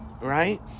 right